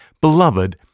Beloved